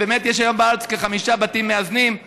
ובאמת יש היום בארץ כחמישה בתים מאזנים: